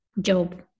job